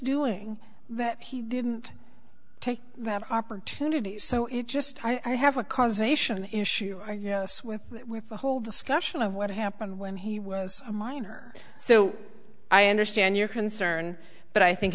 doing that he didn't take that opportunity so it just i have a causation issue yes with the whole discussion of what happened when he was a minor so i understand your concern but i think